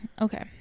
okay